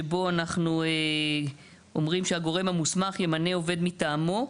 שבו אנחנו אומרים ש"הגורם המוסמך ימנה עובד מטעמו,